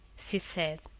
she said.